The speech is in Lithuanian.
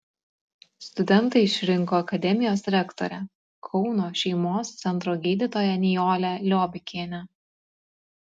studentai išrinko akademijos rektorę kauno šeimos centro gydytoją nijolę liobikienę